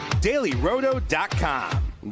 dailyroto.com